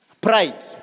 Pride